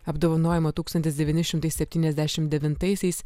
apdovanojimą tūkstantis devyni šimtai septyniasdešimt devintaisiais